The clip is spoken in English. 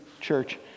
church